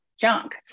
junk